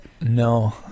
no